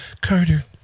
Carter